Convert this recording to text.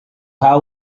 how